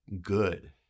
good